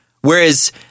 Whereas